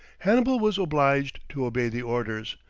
hannibal was obliged to obey the orders,